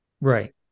Right